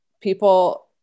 People